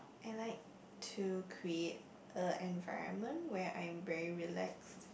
I like to create a environment where I'm very relaxed